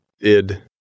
id